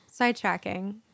sidetracking